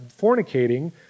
fornicating